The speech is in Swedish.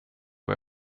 vad